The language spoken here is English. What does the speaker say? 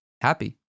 happy